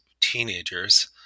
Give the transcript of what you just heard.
teenagers